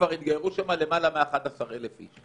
כבר התגיירו שם למעלה מ-11,000 איש.